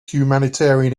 humanitarian